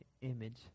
image